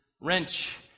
wrench